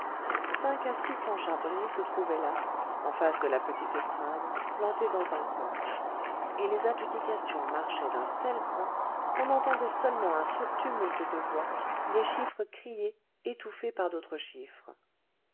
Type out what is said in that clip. cinq à six cents charbonniers se trouvaient là en face de la petite estrade plantée dans un coin et les adjudications marchaient d'un tel train qu'on entendait seulement un sourd tumulte de voix des chiffres criés étouffés par d'autres chiffres